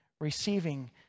receiving